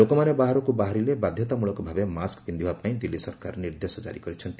ଲୋକମାନେ ବାହାରକୁ ବାହାରିଲେ ବାଧ୍ୟତାମୂଳକ ଭାବେ ମାସ୍କ ପିନ୍ଧିବା ପାଇଁ ଦିଲ୍ଲୀ ସରକାର ନିର୍ଦ୍ଦେଶ ଜାରି କରିଛନ୍ତି